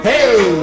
Hey